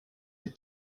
est